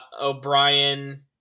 O'Brien